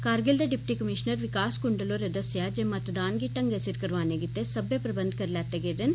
कारगिल दे deputy commissioner Vikas Kundal होरें दस्सेआ जे मतदान गी ढंगै सिर करोआने लेई सब्बै प्रबंध करी लैते गेदे न